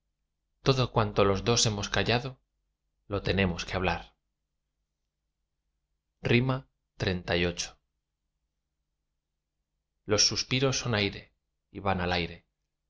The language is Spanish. todo cuanto los dos hemos callado lo tenemos que hablar xxxviii los suspiros son aire y van al aire